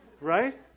Right